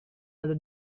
ada